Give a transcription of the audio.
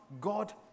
God